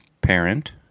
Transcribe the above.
Parent